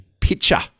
picture